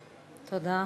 תודה.